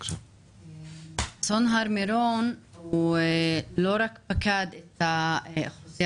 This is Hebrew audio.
אסון הר מירון פקד לא רק את האוכלוסייה